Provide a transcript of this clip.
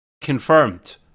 Confirmed